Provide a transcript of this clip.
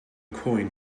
coin